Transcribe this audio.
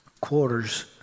quarters